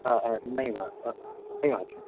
नैव नैव आचार्यः